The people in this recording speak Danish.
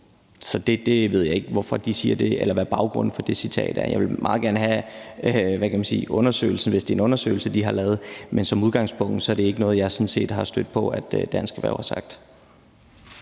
Så jeg ved ikke, hvorfor de siger det, eller hvad baggrunden for det citat er. Jeg vil meget gerne have undersøgelsen, hvis det er en undersøgelse, de har lavet, men som udgangspunkt er det sådan set ikke noget, jeg er stødt på at Dansk Erhverv har sagt.